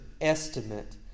estimate